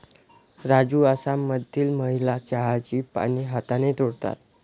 राजू आसाममधील महिला चहाची पाने हाताने तोडतात